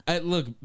Look